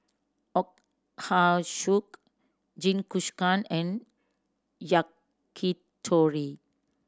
Ochazuke Jingisukan and Yakitori